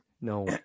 no